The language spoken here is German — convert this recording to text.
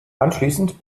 anschließend